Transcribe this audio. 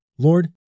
Lord